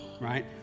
right